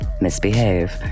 Misbehave